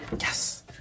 Yes